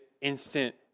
instant